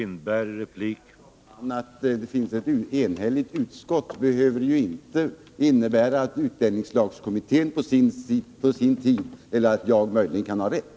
Herr talman! Att utskottet är enhälligt behöver ju inte innebära att utlänningslagskommittén på sin tid, eller möjligen jag, kan ha rätt.